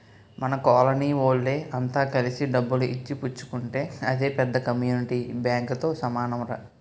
మన కోలనీ వోళ్ళె అంత కలిసి డబ్బులు ఇచ్చి పుచ్చుకుంటే అదే పెద్ద కమ్యూనిటీ బాంకుతో సమానంరా